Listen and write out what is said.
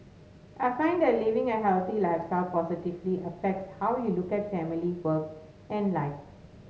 I find that living a healthy lifestyle positively affects how you look at family work and life